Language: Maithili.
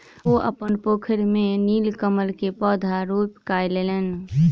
ओ अपन पोखैर में नीलकमल के पौधा रोपण कयलैन